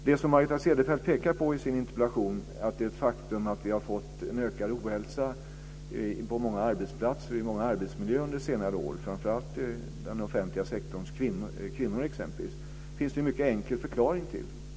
Det som Margareta Cederfelt pekar på i sin interpellation - att det är ett faktum att vi har fått en ökad ohälsa på många arbetsplatser och i många arbetsmiljöer under senare år, framför allt bland den offentliga sektorns kvinnor - finns det en mycket enkel förklaring till.